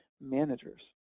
managers